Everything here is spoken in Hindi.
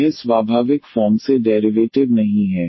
यह स्वाभाविक फॉर्म से डेरिवेटिव नहीं है